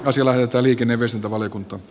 potilailta liikenee myös että valiokunta p